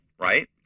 right